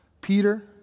Peter